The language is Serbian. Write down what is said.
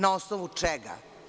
Na osnovu čega?